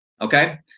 Okay